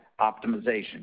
optimization